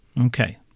Okay